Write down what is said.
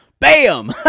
Bam